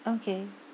okay